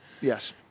yes